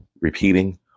repeating